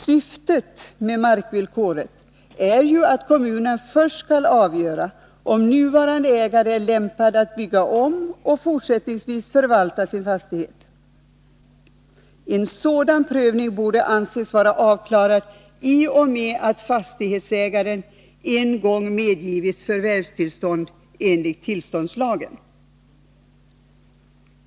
Syftet med markvillkoret är ju att kommunen först skall avgöra om nuvarande ägare är lämpad att bygga om och fortsättningsvis förvalta sin fastighet. En sådan prövning borde anses vara avklarad i och med att fastighetsägaren en gång medgivits förvärvstillstånd enligt tillståndslagen.